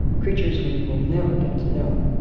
creatures we will never get to know,